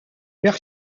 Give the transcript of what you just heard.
leur